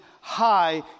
high